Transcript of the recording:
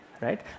right